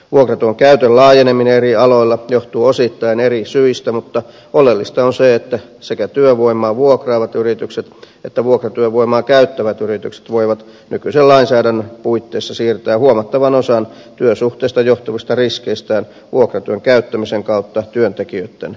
vuokratyön käytön laajeneminen eri aloilla johtuu osittain eri syistä mutta oleellista on se että sekä työvoimaa vuokraavat yritykset että vuokratyövoimaa käyttävät yritykset voivat nykyisen lainsäädännön puitteissa siirtää huomattavan osan työsuhteesta johtuvista riskeistään vuokratyön käyttämisen kautta työntekijöitten kannettavaksi